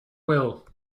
will